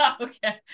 okay